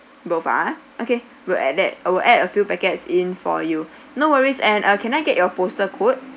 both ah okay we'll add that I will add a few packets in for you no worries and can I get your postal code